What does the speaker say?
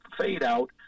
fade-out